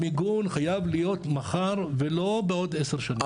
המיגון חייב להיות מחר ולא בעוד 10 שנים,